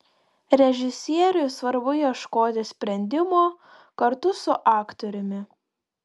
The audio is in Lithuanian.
režisieriui svarbu ieškoti sprendimo kartu su aktoriumi